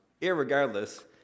Irregardless